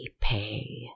pay